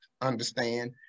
understand